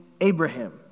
Abraham